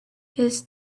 his